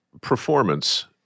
performance